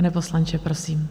Pane poslanče, prosím.